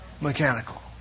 mechanical